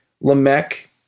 Lamech